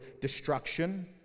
destruction